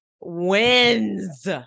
wins